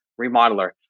remodeler